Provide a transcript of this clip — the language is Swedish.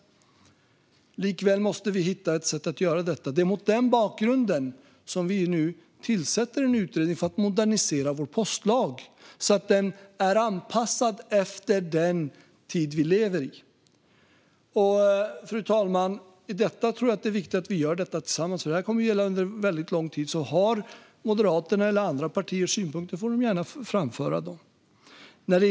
Likväl måste vi hitta ett sätt att göra detta. Mot den bakgrunden tillsätter vi nu en utredning för att modernisera vår postlag så att den blir anpassad till den tid vi lever i. Fru talman! Jag tror att det är viktigt att vi gör detta tillsammans, för det här kommer att gälla under väldigt lång tid. Så har Moderaterna eller andra partier synpunkter får de gärna framföra dem.